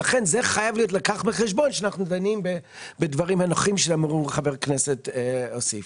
זה חייב להילקח בחשבון כשאנחנו דנים בדברים שאמר חבר הכנסת כסיף.